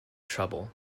trouble